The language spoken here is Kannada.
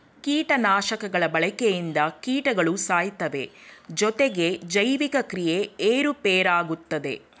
ಕೀಟನಾಶಕಗಳ ಬಳಕೆಯಿಂದ ಕೀಟಗಳು ಸಾಯ್ತವೆ ಜೊತೆಗೆ ಜೈವಿಕ ಕ್ರಿಯೆ ಏರುಪೇರಾಗುತ್ತದೆ